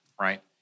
right